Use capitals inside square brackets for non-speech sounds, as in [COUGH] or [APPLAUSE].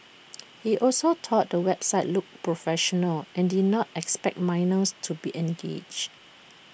[NOISE] he also thought the website looked professional and did not expect minors to be engaged